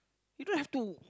you don't have to